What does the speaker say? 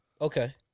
Okay